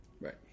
Right